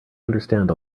understand